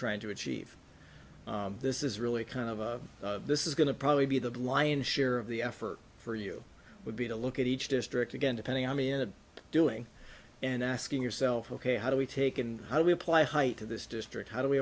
trying to achieve this is really kind of a this is going to probably be the lion's share of the effort for you would be to look at each district again depending on me and doing and asking yourself ok how do we take in how do we apply height to this district how do we